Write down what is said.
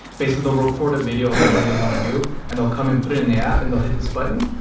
basically, they'll record a video of whatever they want to do, and they'll come and put it in the app, and they'll hit this button.